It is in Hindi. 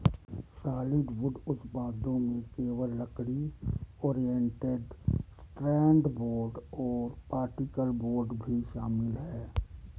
सॉलिडवुड उत्पादों में केवल लकड़ी, ओरिएंटेड स्ट्रैंड बोर्ड और पार्टिकल बोर्ड भी शामिल है